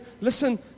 listen